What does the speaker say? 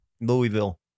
Louisville